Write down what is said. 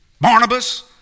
Barnabas